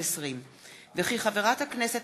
מאת חברי הכנסת